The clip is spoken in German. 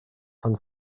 von